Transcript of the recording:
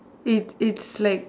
it it's like